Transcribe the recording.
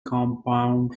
compound